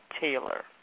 Taylor